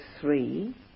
three